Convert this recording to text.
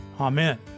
Amen